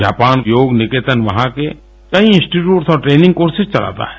Japan Yog Niketan वहां के कई इंस्टीट्यूट और ट्रेनिंग कोर्सेज चलाता है